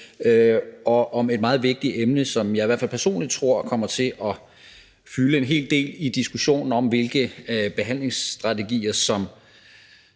gode om et meget vigtigt emne, som jeg i hvert fald personligt tror kommer til at fylde en hel del i diskussionen om, hvilke behandlingsstrategier som